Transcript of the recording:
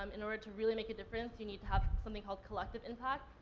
um in order to really make a difference, you need to have something called collective impact.